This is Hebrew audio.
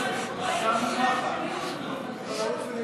אתה יודע את זה.